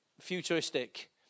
futuristic